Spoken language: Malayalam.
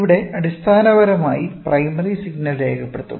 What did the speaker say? ഇവിടെ അടിസ്ഥാനപരമായി പ്രൈമറി സിഗ്നൽ രേഖപ്പെടുത്തും